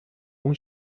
اون